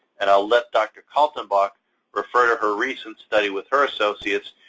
and i'll let dr. kaltenbach refer to her recent study with her associates,